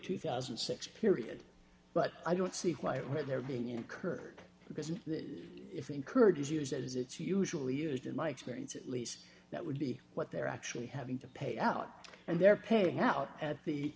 two thousand and six period but i don't see quite where they're being incurred because if it encourages use as it's usually used in my experience at least that would be what they're actually having to pay out and they're paying out at the